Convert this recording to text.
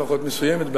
לפחות מסוימת,